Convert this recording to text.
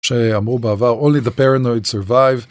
שאמרו בעבר only the paranoid survive